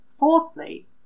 Fourthly